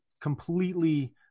completely